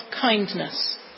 kindness